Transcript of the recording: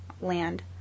land